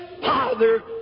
Father